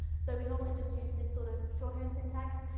so we normally just use this sort of shorthand syntax.